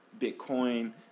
bitcoin